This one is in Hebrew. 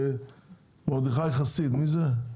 מרדכי חסיד, מי זה?